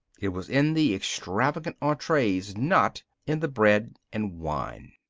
it was in the extravagant entrees, not in the bread and wine.